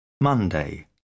Monday